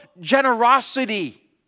generosity